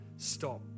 Stop